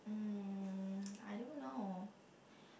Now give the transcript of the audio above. um I don't know